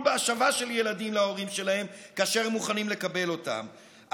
בהשבה של ילדים להורים שלהם כאשר הם מוכנים לקבל אותם.